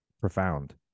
profound